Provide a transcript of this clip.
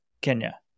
Kenya